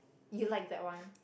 you like that one